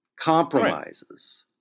compromises